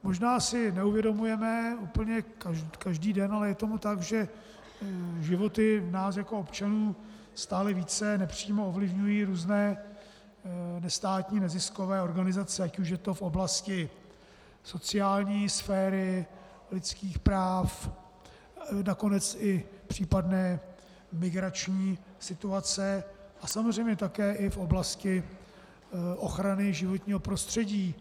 Možná si neuvědomujeme úplně každý den, ale je tomu tak, že životy nás jako občanů stále více nepřímo ovlivňují různé nestátní neziskové organizace, ať už je to v oblasti sociální sféry, lidských práv, nakonec i případné migrační situace, a samozřejmě také v oblasti ochrany životního prostředí.